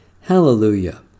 Hallelujah